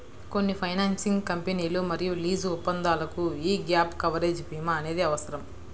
కొన్ని ఫైనాన్సింగ్ కంపెనీలు మరియు లీజు ఒప్పందాలకు యీ గ్యాప్ కవరేజ్ భీమా అనేది అవసరం